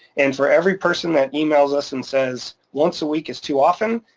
and for every person that emails us and says, once a week is too often.